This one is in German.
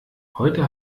heute